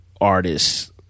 artists